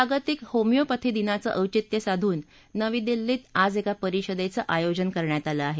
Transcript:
जागतिक होमिओपॅथी दिनाचं औंचित्य साधून नवी दिल्लीत आज एका परिषदेचं आयोजन करण्यात आलं आहे